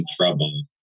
trouble